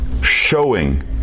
showing